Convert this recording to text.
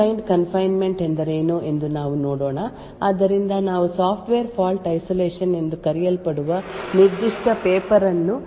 ಆದ್ದರಿಂದ fine grained confinement ಎಂದರೇನು ಎಂದು ನಾವು ನೋಡೋಣ ಆದ್ದರಿಂದ ನಾವು ಸಾಫ್ಟ್ವೇರ್ ಫಾಲ್ಟ್ ಐಸೊಲೇಶನ್ ಎಂದು ಕರೆಯಲ್ಪಡುವ ನಿರ್ದಿಷ್ಟ ಪೇಪರ್ ಅನ್ನು ಚರ್ಚಿಸುತ್ತೇವೆ